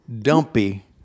dumpy